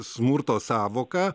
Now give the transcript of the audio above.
smurto sąvoka